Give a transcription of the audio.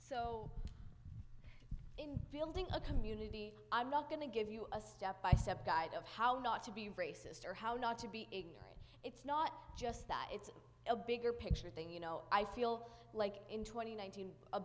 so in building a community i'm not going to give you a step by step guide of how not to be racist or how not to be ignorant it's not just that it's a bigger picture thing you know i feel like in twenty nine